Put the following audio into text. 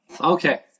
Okay